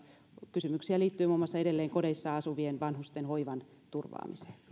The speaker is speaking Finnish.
kysymyksiä liittyy muun muassa edelleen kodeissa asuvien vanhusten hoivan turvaamiseen